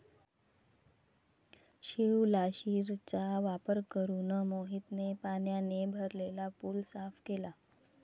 शिवलाशिरचा वापर करून मोहितने पाण्याने भरलेला पूल साफ केला